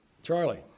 Charlie